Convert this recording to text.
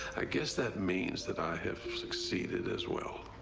ah guess that means that i have succeeded as well.